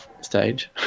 stage